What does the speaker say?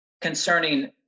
concerning